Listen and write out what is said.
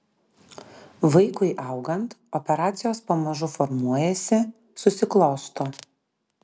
vaikui augant operacijos pamažu formuojasi susiklosto